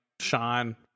Sean